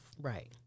Right